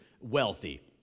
wealthy